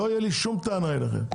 לא תהיה לי שום טענה אליכם.